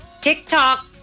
TikTok